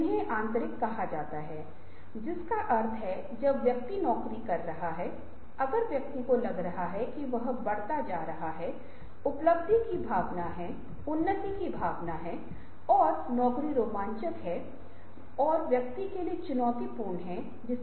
और विचार प्रबंधन प्रणाली को उन कई संगठनों की तरह रखें जिनके पास सुझाव बॉक्स है जहां लोग इस सुझाव को रख सकते हैं अगर उन्हें एक समस्या का सामना करना पड़ रहा है जिसे प्रबंधन द्वारा आगे की जांच की जाएगी और प्रबंधन की मंजूरी के साथ इसे निष्पादित किया जाएगा